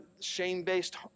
Shame-based